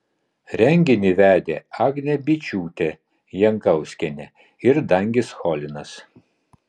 renginį vedė agnė byčiūtė jankauskienė ir dangis cholinas